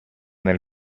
nel